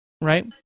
right